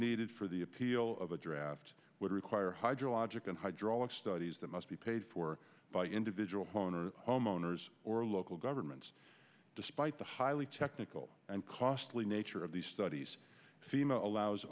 needed for the appeal of a draft would require hydrologic and hydraulic studies that must be paid for by individual homeowner homeowners or local governments despite the highly technical and costly nature of these studies female allows